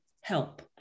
help